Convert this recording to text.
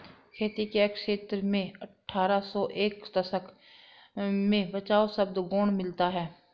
खेती के क्षेत्र में अट्ठारह सौ के दशक में बचाव शब्द गौण मिलता है